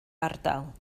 ardal